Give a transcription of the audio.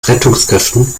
rettungskräften